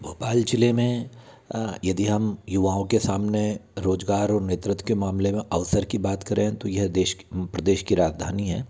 भोपाल जिले में यदि हम युवाओं के सामने रोजगार और नेतृत्व के मामले में अवसर की बात करें तो यह देश प्रदेश की राजधानी है